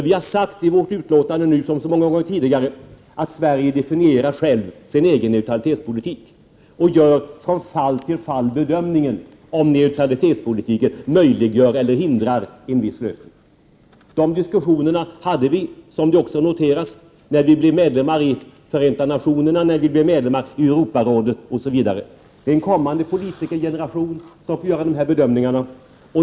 Vi har sagt i vårt utlåtande nu, som så många gånger tidigare, att Sverige definierar sin egen neutralitetspolitik och från fall till fall bedömer om neutralitetspolitiken möjliggör eller hindrar en viss lösning. Diskussionerna om detta hade vi, som också har noterats, när vi blev medlemmar i Förenta nationerna, när vi blev medlemmar i Europarådet osv. Det är en kommande generation som får göra de här bedömningarna.